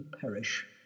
perish